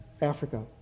Africa